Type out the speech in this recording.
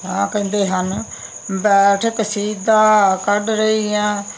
ਆ ਕਹਿੰਦੇ ਹਨ ਬੈਠ ਕਸੀਦਾ ਕੱਢ ਰਹੀ ਆ